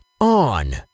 on